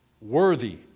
worthy